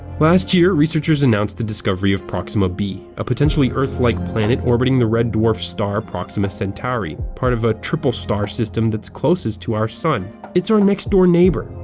last year researchers announced the discovery of proxima b, a potentially earth-like planet orbiting the red dwarf star proxima centauri, part of a triple-star system that's closest to our own sun. it's our next-door-neighbor!